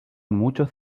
muchos